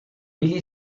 really